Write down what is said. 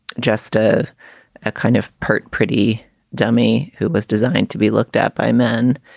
gesta a kind of pert, pretty dummie who was designed to be looked at by men.